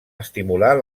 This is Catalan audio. estimular